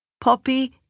Poppy